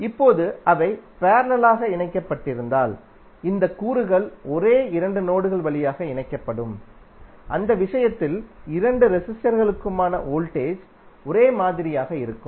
இப்போது அவை பேரலலாக இணைக்கப்பட்டிருந்தால் இந்த கூறுகள் ஒரே இரண்டு நோடுகள் வழியாக இணைக்கப்படும் அந்த விஷயத்தில் இரண்டு ரெசிஸ்டர்களுக்குமான வோல்டேஜ் ஒரே மாதிரியாக இருக்கும்